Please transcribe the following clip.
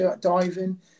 diving